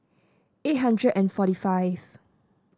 eight hundred and forty five